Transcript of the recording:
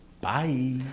Bye